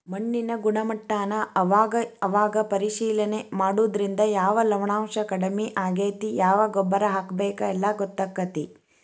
ಮಣ್ಣಿನ ಗುಣಮಟ್ಟಾನ ಅವಾಗ ಅವಾಗ ಪರೇಶಿಲನೆ ಮಾಡುದ್ರಿಂದ ಯಾವ ಲವಣಾಂಶಾ ಕಡಮಿ ಆಗೆತಿ ಯಾವ ಗೊಬ್ಬರಾ ಹಾಕಬೇಕ ಎಲ್ಲಾ ಗೊತ್ತಕ್ಕತಿ